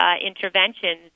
interventions